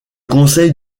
conseil